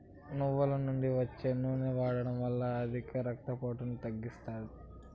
నువ్వుల నుండి వచ్చే నూనె వాడడం వల్ల అధిక రక్త పోటును తగ్గిస్తాది